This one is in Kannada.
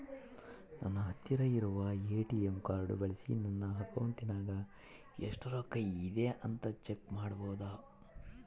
ನನ್ನ ಹತ್ತಿರ ಇರುವ ಎ.ಟಿ.ಎಂ ಕಾರ್ಡ್ ಬಳಿಸಿ ನನ್ನ ಅಕೌಂಟಿನಾಗ ಎಷ್ಟು ರೊಕ್ಕ ಐತಿ ಅಂತಾ ಚೆಕ್ ಮಾಡಬಹುದಾ?